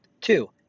Two